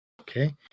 Okay